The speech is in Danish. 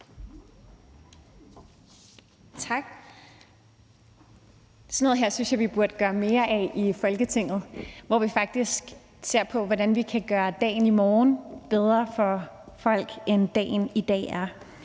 Tak. Sådan noget her synes jeg at vi burde gøre mere af i Folketinget, altså at vi faktisk ser på, hvordan vi kan gøre dagen i morgen bedre for folk, end dagen i dag er